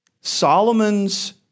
Solomon's